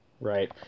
Right